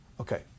Okay